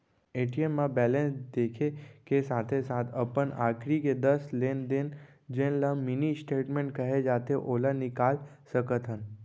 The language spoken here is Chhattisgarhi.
ए.टी.एम म बेलेंस देखे के साथे साथ अपन आखरी के दस लेन देन जेन ल मिनी स्टेटमेंट कहे जाथे ओला निकाल सकत हन